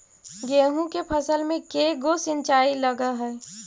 गेहूं के फसल मे के गो सिंचाई लग हय?